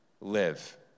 live